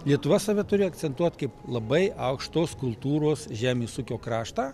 lietuva save turi akcentuot kaip labai aukštos kultūros žemės ūkio kraštą